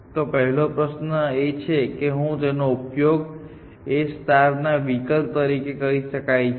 તો પહેલો પ્રશ્ન એ છે કે શું તેનો ઉપયોગ A ના વિકલ્પ તરીકે કરી શકાય છે